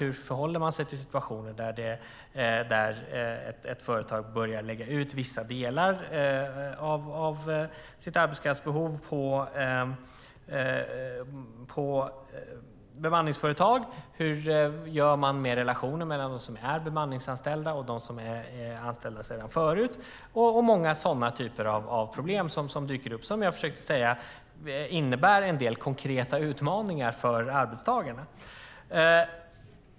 Hur förhåller man sig till situationer där företag börjar lägga ut vissa delar av sitt arbetskraftsbehov på bemanningsföretag? Hur gör man med relationen mellan dem som är bemanningsanställda och dem som är anställda sedan förut? Många sådana problem dyker upp, och som jag försökte säga innebär det en del konkreta utmaningar för arbetstagarna.